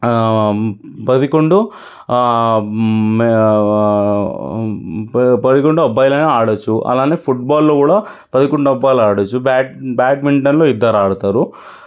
పదకొండు పదకొండు అబ్బాయిలనే ఆడవచ్చు అలానే ఫుట్బాల్లో కూడా పదకొండు అబ్బాలు ఆడవచ్చు బ్యాట్ బ్యాడ్మింటన్లో ఇద్దరు ఆడతారు